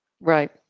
Right